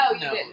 No